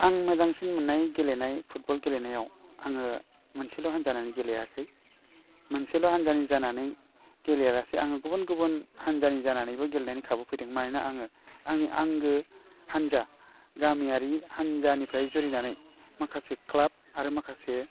आं मोजांसिन मोन्नाय गेलेनाय फुटबल गेलेनायाव आङो मोनसेल' हानजानि जाना गेलेयाखै मोनसेल' हानजानि जानानै गेलेया लासे आङो गुबुन गुबुन हानजानि जानानैबो गेलेनायनि खाबु फैदों मानोना आङो आंनि आंगो हान्जा गामियारि हान्जानिफ्राय जुरिनानै माखासे क्लाब आरो माखासे